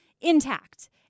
intact